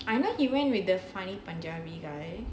I know he went with the final punjabi guy